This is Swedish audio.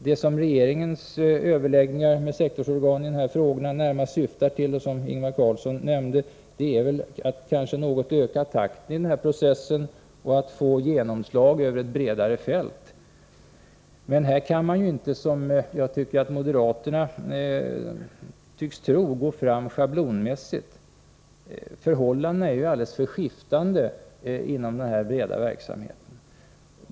Syftet med regeringens överläggningar med sektorsorganen i denna fråga är, som Ingvar Carlsson nämnde, att något öka takten i processen och att få genomslag över ett bredare fält. Men här kan man inte, som moderaterna tycks tro, gå fram schablonmässigt. Förhållandena är ju alldeles för skiftande inom denna breda verksamhet.